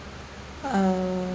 um